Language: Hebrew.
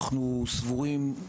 אנחנו סבורים,